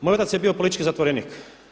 Moj otac je bio politički zatvorenik.